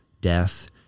death